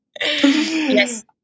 Yes